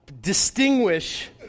distinguish